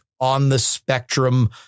on-the-spectrum